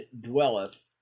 dwelleth